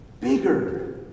bigger